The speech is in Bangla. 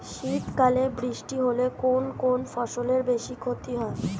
শীত কালে বৃষ্টি হলে কোন কোন ফসলের বেশি ক্ষতি হয়?